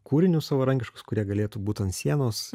kūrinius savarankiškus kurie galėtų būt ant sienos